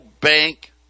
bank